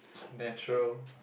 natural